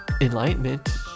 Enlightenment